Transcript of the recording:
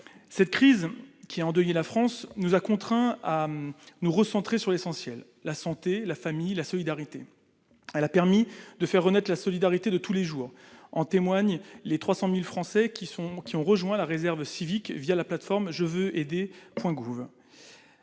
La crise qui a endeuillé la France nous a contraints à nous recentrer sur l'essentiel : la santé, la famille, la solidarité. Elle a permis de faire renaître la solidarité de tous les jours, comme en témoigne le fait que 300 000 Français aient rejoint la réserve civique la plateforme jeveuxaider.gouv.fr.